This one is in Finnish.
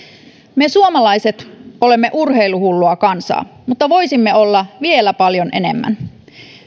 me suomalaiset olemme urheiluhullua kansaa mutta voisimme olla vielä paljon enemmän